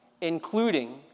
including